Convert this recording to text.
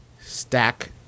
Stack